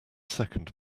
second